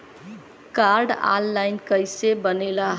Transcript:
Card online कइसे बनेला?